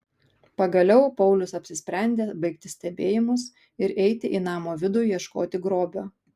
pagaliau paulius apsisprendė baigti stebėjimus ir eiti į namo vidų ieškoti grobio